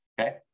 Okay